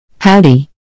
Howdy